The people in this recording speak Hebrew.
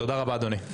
תודה רבה, אדוני.